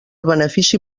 benefici